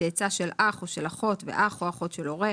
צאצא של אח או של אחות ואח או אחות של הורה,